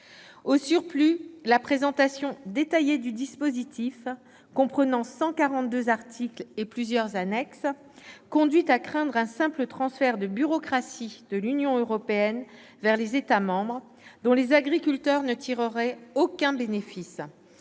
Au surplus, la présentation détaillée du dispositif, qui comprend 142 articles et plusieurs annexes, conduit à craindre un simple « transfert de bureaucratie » de l'Union européenne vers les États membres, dont les agriculteurs ne tireraient aucun bénéfice.